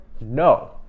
no